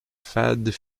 fades